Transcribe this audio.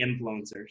influencers